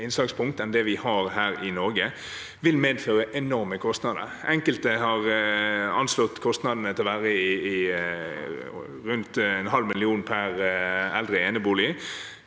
enn det vi har her i Norge, og det vil medføre enorme kostnader. Enkelte har anslått kostnadene til å være rundt en halv million per eldre enebolig.